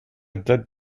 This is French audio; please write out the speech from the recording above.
date